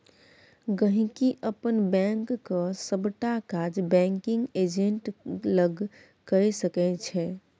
गांहिकी अपन बैंकक सबटा काज बैंकिग एजेंट लग कए सकै छै